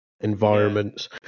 environments